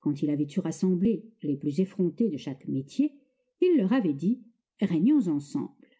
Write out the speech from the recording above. quand il avait eu rassemblé les plus effrontés de chaque métier il leur avait dit régnons ensemble